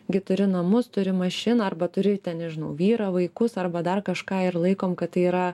gi turi namus turi mašiną arba turi ten nežinau vyrą vaikus arba dar kažką ir laikom kad tai yra